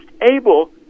able